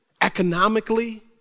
economically